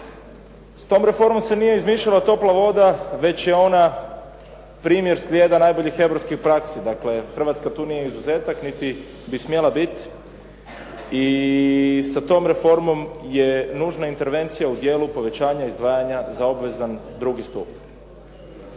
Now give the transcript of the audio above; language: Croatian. S tom reformom se nije izmišljala topla voda već je ona primjer slijeda najboljih europskih u praksi. Dakle, Hrvatska tu nije izuzetak niti bi smjela biti. I sa tom reformom je nužna intervencija u dijelu povećanja izdvajanja za obvezan drugi stup.